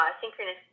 Synchronous